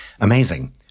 Amazing